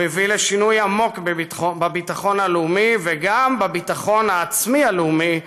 הוא הביא לשינוי עמוק בביטחון הלאומי וגם בביטחון העצמי הלאומי,